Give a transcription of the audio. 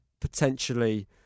potentially